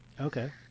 Okay